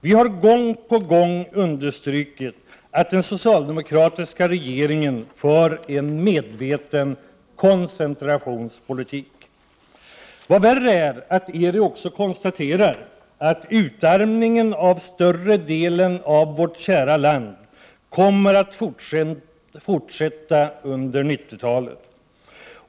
Vi har gång på gång understrukit att den socialdemokratiska regeringen för en medveten koncentrationspolitik. Vad värre är är att ERU också konstaterar att utarmningen av större delen av vårt kära land kommer att fortsätta under 1990-talet.